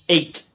Eight